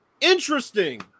Interesting